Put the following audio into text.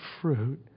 fruit